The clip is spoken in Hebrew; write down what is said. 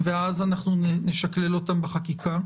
ואז אנחנו נשקלל אותן בחקיקה,